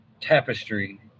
tapestry